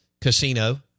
Casino